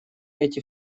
эти